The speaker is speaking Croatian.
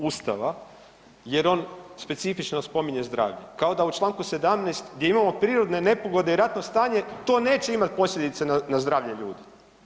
Ustava jer specifično spominje zdravlje, kao da u Članku 17. gdje imamo prirodne nepogode i ratno stanje to neće imati posljedice na zdravlje ljudi.